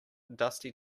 dusty